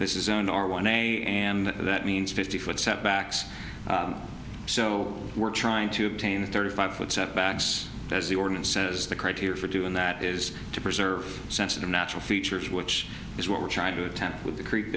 this is own or one day and that means fifty foot setbacks so we're trying to obtain the thirty five foot setbacks as the ordinance says the crowd here for doing that is to preserve sensitive natural features which is what we're trying to attempt with a creek